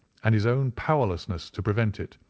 and his own powerlessness to prevent it,